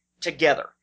together